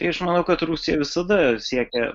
tai aš manau kad rusija visada siekė